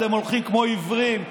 אתם הולכים כמו עיוורים,